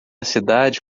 cidade